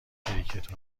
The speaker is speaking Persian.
کریکت